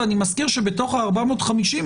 אני מזכיר שבתוך ה-450,